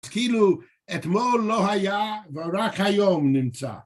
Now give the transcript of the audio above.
כאילו אתמול לא היה, ורק היום נמצא.